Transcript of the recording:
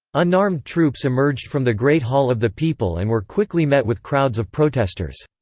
unarmed troops emerged from the great hall of the people and were quickly met with crowds of protesters.